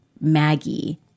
Maggie